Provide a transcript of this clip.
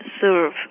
serve